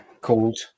called